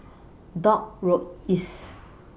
Dock Road East